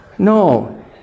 No